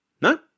No